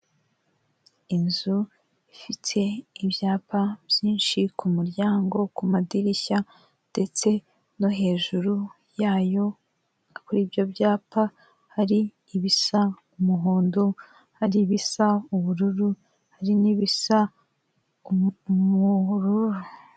Inzu ifite ibyapa byinshi ku muryango, ku madirishya ndetse no hejuru yayo, kuri ibyo byapa hari ibisa umuhondo, hari ibisa ubururu, hari n'ibisa ubururu.